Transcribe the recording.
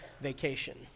vacation